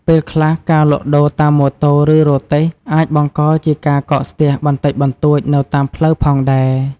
ពេលខ្លះការលក់ដូរតាមម៉ូតូ ឬរទេះអាចបង្កជាការកកស្ទះបន្តិចបន្តួចនៅតាមផ្លូវផងដែរ។